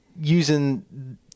using